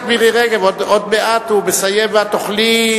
חברת הכנסת רגב, עוד מעט הוא מסיים ואת תוכלי,